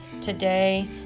today